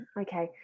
okay